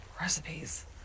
Recipes